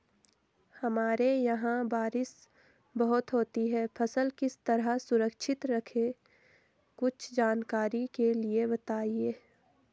हमारे यहाँ बारिश बहुत होती है फसल किस तरह सुरक्षित रहे कुछ जानकारी के लिए बताएँ?